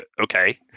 okay